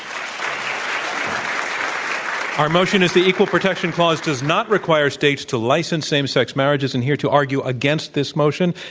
our motion is the equal protection clause does not require states to license same sex marriages. and here to argue against this motion,